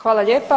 Hvala lijepa.